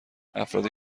افرادی